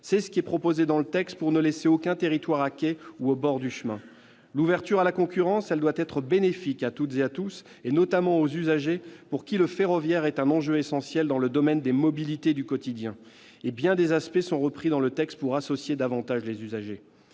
C'est ce qui est proposé dans le projet de loi, pour ne laisser aucun territoire à quai ou au bord du chemin. L'ouverture à la concurrence doit être bénéfique pour toutes et pour tous, notamment pour les usagers, pour qui le ferroviaire est un enjeu essentiel dans le domaine des mobilités du quotidien. Du reste, bien des aspects sont repris dans le texte pour associer davantage les usagers.